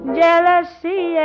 jealousy